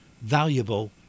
valuable